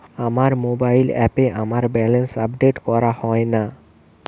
আমার মোবাইল অ্যাপে আমার ব্যালেন্স আপডেট করা হয় না